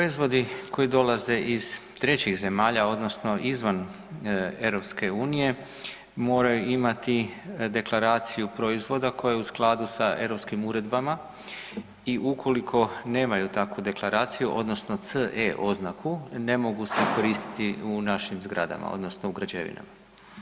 Građevni proizvodi koji dolaze iz trećih zemalja odnosno izvan EU moraju imati deklaraciju proizvoda koja je u skladu sa europskim uredbama i ukoliko nemaju takvu deklaraciju odnosno CE oznaku ne mogu se koristiti u našim zgradama odnosno u građevinama.